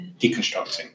deconstructing